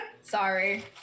Sorry